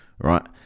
right